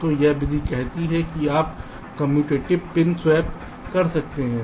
तो यह विधि कहती है कि आप कम्यूटेटिव पिन स्वैप कर सकते हैं